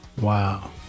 Wow